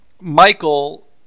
Michael